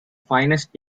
finest